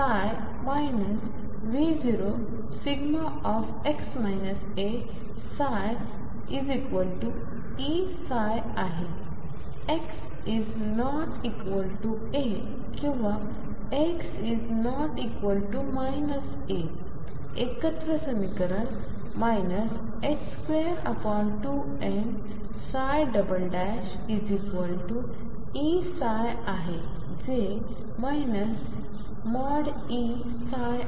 xa किंवा x≠ a एकत्र समीकरण 22mEψ आहे जे ।E।